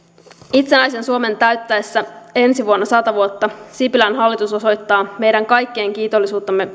itsenäisen suomen täyttäessä ensi vuonna sata vuotta sipilän hallitus osoittaa meidän kaikkien kiitollisuutta